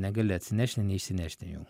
negali atsinešti nei išsinešti jų